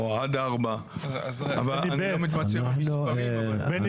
אז אי אפשר לקרוא לחוק הזה תכנית לעמידות בפני